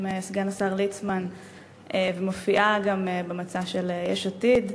סגן השר ליצמן ומופיעה גם במצע של יש עתיד.